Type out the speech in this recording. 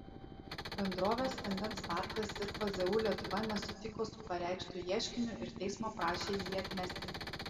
bendrovės vandens parkas ir pzu lietuva nesutiko su pareikštu ieškiniu ir teismo prašė jį atmesti